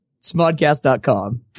Smodcast.com